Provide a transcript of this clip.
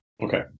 Okay